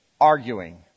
arguing